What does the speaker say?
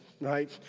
right